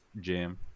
jam